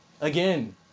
Again